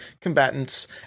combatants